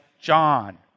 John